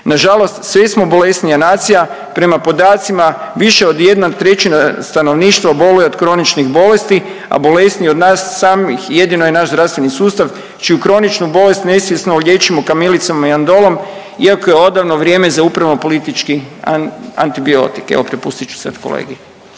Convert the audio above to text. Nažalost sve smo bolesnija nacija. Prema podacima više od 1/3 stanovništva boluje od kroničnih bolesti, a bolesniji samih jedino je naš zdravstveni sustav čiju kroničnu bolest nesvjesno liječimo kamilicama i andolom iako je odavno vrijeme za upravno politički antibiotik. Evo prepustit ću sad kolegi.